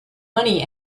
money